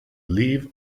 leave